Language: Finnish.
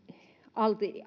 altistaa